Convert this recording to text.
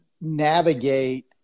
navigate